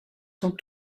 sont